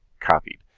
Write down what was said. copied.